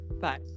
bye